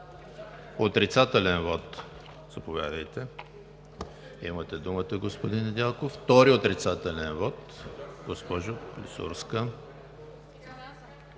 Отрицателен вот – заповядайте, имате думата, господин Недялков. Втори отрицателен вот – госпожа Клисурска.